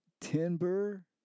timber